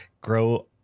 grow